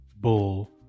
Bull